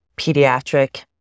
pediatric